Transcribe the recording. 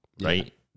right